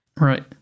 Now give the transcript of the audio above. Right